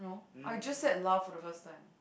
I just said lah for the first time